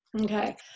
okay